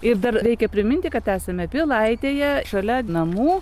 ir dar reikia priminti kad esame pilaitėje šalia namų